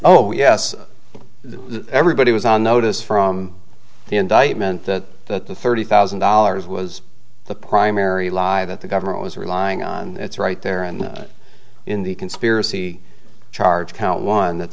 oh yes everybody was on notice from the indictment that the thirty thousand dollars was the primary lie that the government was relying on that's right there and in the conspiracy charge count one that